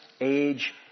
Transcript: age